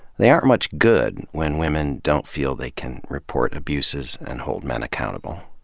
they aren't much good when women don't feel they can report abuses and hold men accountable.